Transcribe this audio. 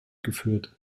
geführt